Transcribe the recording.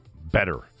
better